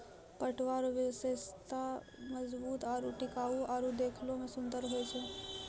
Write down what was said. पटुआ रो विशेषता मजबूत आरू टिकाउ आरु देखै मे सुन्दर होय छै